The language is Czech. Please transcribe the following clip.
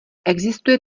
existuje